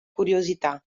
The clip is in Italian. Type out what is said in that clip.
curiosità